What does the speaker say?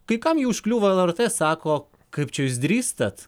kai kam ji užkliūva lrt sako kaip čia jūs drįstat